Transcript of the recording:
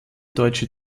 deutsche